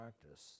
practice